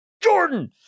jordan